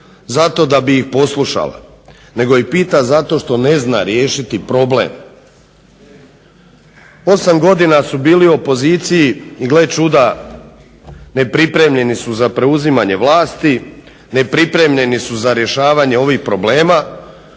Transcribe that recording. zato da bi ih poslušala nego ih pita zato što ne zna riješiti problem. Osam godina su bili u opoziciji i gle čuda, nepripremljeni su za preuzimanje vlasti, nepripremljeni su za rješavanje ovih problema.